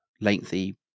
lengthy